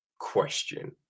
question